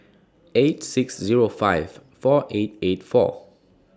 eight six Zero five four eight eight four